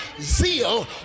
zeal